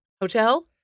Hotel